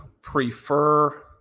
prefer